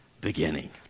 beginning